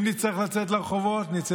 אם נצטרך לצאת לרחובות,